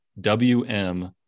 WM